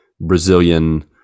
Brazilian